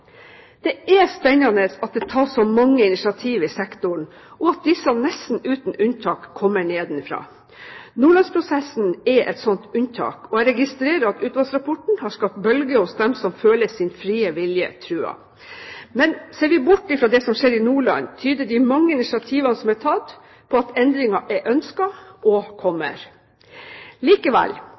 Det er spennende at det tas så mange initiativ i sektoren, og at disse nesten uten unntak kommer nedenfra. Nordlandsprosessen er et slikt unntak, og jeg registrerer at utvalgsrapporten har skapt bølger hos dem som føler sin frie vilje truet. Men ser vi bort fra det som skjer i Nordland, tyder de mange initiativene som er tatt, på at endringene er ønsket og